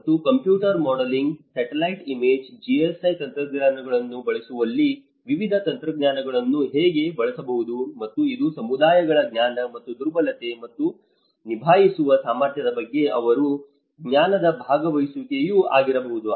ಮತ್ತು computer modelling satellite image GIS ತಂತ್ರಜ್ಞಾನಗಳನ್ನು ಬಳಸುವಲ್ಲಿ ವಿವಿಧ ತಂತ್ರಜ್ಞಾನಗಳನ್ನು ಹೇಗೆ ಬಳಸಬಹುದು ಮತ್ತು ಇದು ಸಮುದಾಯಗಳ ಜ್ಞಾನ ಮತ್ತು ದುರ್ಬಲತೆ ಮತ್ತು ನಿಭಾಯಿಸುವ ಸಾಮರ್ಥ್ಯದ ಬಗ್ಗೆ ಅವರ ಜ್ಞಾನದ ಭಾಗವಹಿಸುವಿಕೆಯೂ ಆಗಿರಬಹುದು